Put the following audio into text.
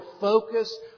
focus